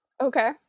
Okay